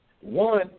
One